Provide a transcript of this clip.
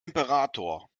imperator